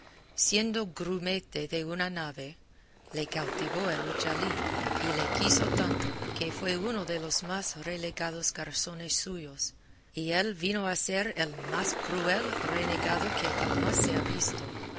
siendo grumete de una nave le cautivó el uchalí y le quiso tanto que fue uno de los más regalados garzones suyos y él vino a ser el más cruel renegado que jamás se ha visto